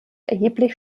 erheblich